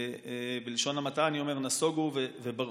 בלשון המעטה אני אומר, נסוגו וברחו.